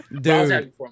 Dude